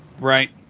Right